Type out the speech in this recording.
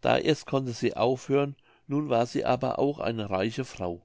da erst konnte sie aufhören nun war sie aber auch eine reiche frau